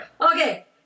Okay